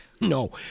No